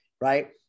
right